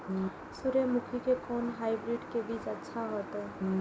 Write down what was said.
सूर्यमुखी के कोन हाइब्रिड के बीज अच्छा होते?